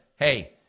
hey